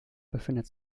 befindet